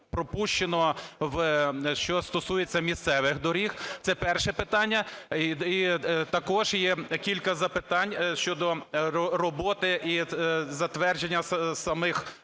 пропущено, що стосується місцевих доріг. Це перше питання. І також є кілька запитань щодо роботи і затвердження самих